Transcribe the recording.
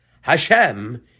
Hashem